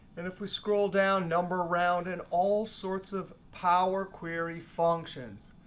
and if we scroll down, number round and all sorts of power query functions.